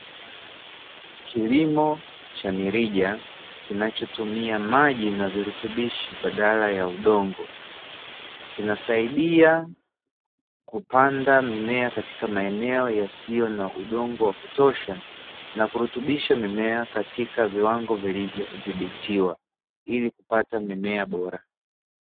Kilimo cha mirija, kinachotumia maji na virutubisho badala ya udongo. Kinasaidia kupanda mimea katika maeneo yasiyo na udongo wa kutosha na kurutubisha mimea katika viwango vilivyodhibitiwa ili kupata mimea bora.